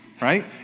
right